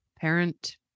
parent